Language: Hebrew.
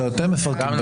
אתם מפרקים את המדינה.